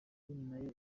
nayo